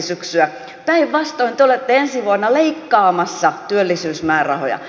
päinvastoin te olette ensi vuonna leikkaamassa työllisyysmäärärahoja